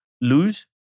lose